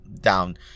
down